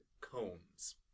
cones